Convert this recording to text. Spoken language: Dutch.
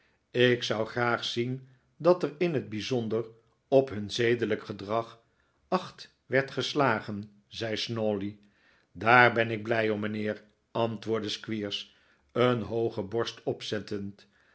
ik zou graag zien dat er in t bijzonder op hun zedelijk gedrag acht werd gestagen zei snawley daar ben ik blij om mijnheer antwoordde squeers een hooge borst opzettend